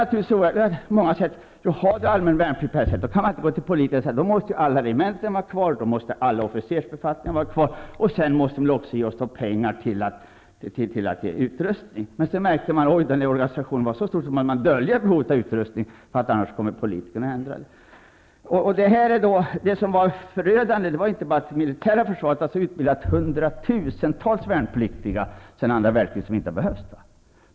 Officersgrupper menar att har man allmän värnplikt kan man inte gå till politikerna och säga att alla regementen måste vara kvar, att alla officersbefattningar måste vara kvar och att man också måste få pengar till utrustning. Sedan märker man att organisationen är så stor att man måste dölja behovet av utrustning, för annars kommer politikerna att ändra på organisationen. Det som är förödande är inte bara att det militära försvaret sedan andra världskriget har utbildat hundratusentals värnpliktiga som inte har behövts.